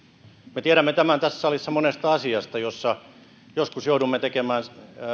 me tiedämme tämän tässä salissa monesta asiasta joissa joskus joudumme tekemään